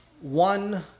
one